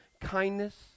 kindness